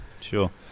sure